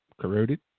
Corroded